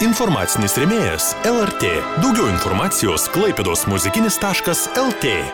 informacinis rėmėjas lrt daugiau informacijos klaipėdos muzikinis taškas lt